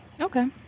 Okay